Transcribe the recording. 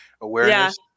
awareness